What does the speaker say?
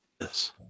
Yes